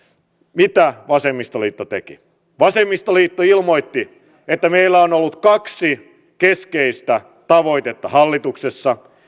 mitä vasemmistoliitto teki vasemmistoliitto ilmoitti että meillä on ollut kaksi keskeistä tavoitetta hallituksessa